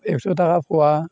एक्स' थाखा फवा